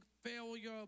failure